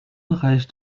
reicht